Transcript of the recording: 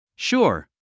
Sure